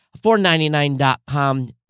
499.com